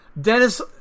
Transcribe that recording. Dennis